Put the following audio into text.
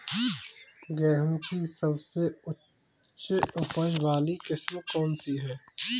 गेहूँ की सबसे उच्च उपज बाली किस्म कौनसी है?